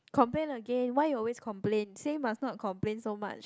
complain again why you always complain say must not complain so much